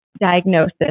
diagnosis